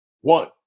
one